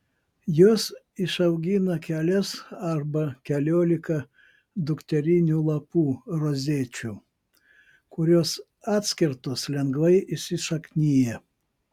jos išaugina kelias arba keliolika dukterinių lapų rozečių kurios atskirtos lengvai įsišaknija